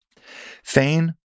Fain